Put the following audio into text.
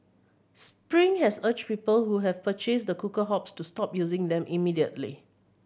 spring has urged people who have purchased the cooker hobs to stop using them immediately